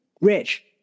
Rich